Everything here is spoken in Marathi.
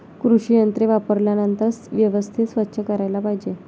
कृषी यंत्रे वापरल्यानंतर व्यवस्थित स्वच्छ करायला पाहिजे